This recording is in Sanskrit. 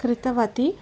कृतवती